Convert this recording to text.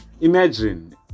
Imagine